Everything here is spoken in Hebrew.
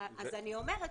אני אומרת,